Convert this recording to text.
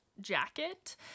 jacket